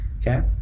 okay